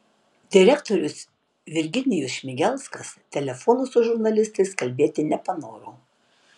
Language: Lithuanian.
direktorius virginijus šmigelskas telefonu su žurnalistais kalbėti nepanoro